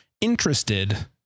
interested